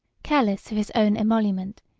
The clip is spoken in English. careless of his own emolument,